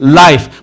life